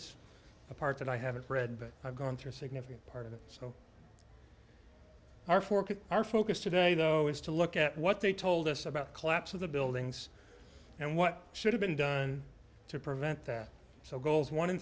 it's a part that i haven't read but i've gone through a significant part of it so our forecasts our focus today though is to look at what they told us about collapse of the buildings and what should have been done to prevent that so goals